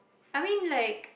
I mean like